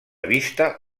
vista